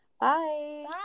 bye